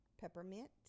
Peppermint